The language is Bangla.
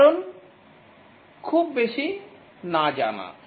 কারণ খুব বেশি না জানা